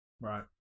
Right